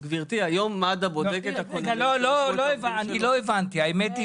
גברתי, היום מד"א בודקת -- לא הבנתי, האמת היא